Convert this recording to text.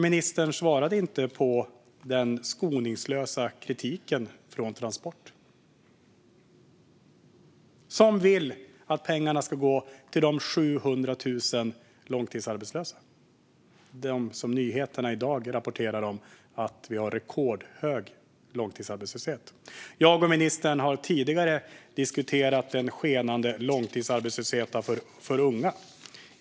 Ministern svarade inte på den skoningslösa kritiken från Transport, som vill att pengarna ska gå till de 700 000 långtidsarbetslösa. På nyheterna i dag rapporteras det om att vi har rekordhög långtidsarbetslöshet. Jag och ministern har tidigare diskuterat den skenande långtidsarbetslösheten för unga.